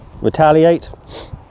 retaliate